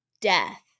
death